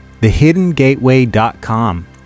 thehiddengateway.com